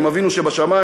עם אבינו שבשמים.